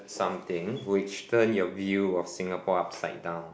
something which turn your view of Singapore upside down